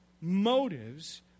motives